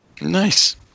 Nice